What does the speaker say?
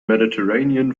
mediterranean